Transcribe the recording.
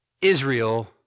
Israel